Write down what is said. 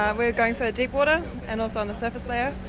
um we're going for deep water and also on the surface layer,